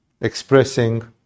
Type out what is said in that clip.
Expressing